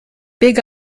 big